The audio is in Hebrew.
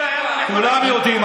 כולם יודעים,